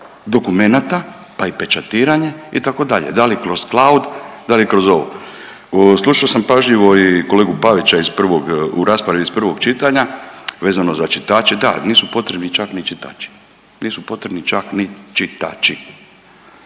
dokumenata pa i pečatiranje itd. da li kroz cloud, da li kroz ovo. Slušao sam pažljivo i kolegu Pavića iz prvog, u raspravi iz prvog čitanja vezano za čitače. Da, nisu potrebni čak ni čitači, nisu potrebni čak ni čitači.